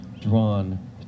drawn